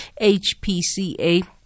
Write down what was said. HPCA